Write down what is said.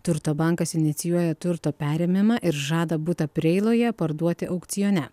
turto bankas inicijuoja turto perėmimą ir žada butą preiloje parduoti aukcione